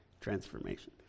transformation